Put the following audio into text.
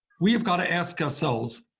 we have got to ask ourselves,